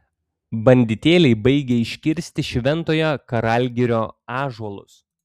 banditėliai baigia iškirsti šventojo karalgirio ąžuolus